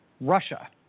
Russia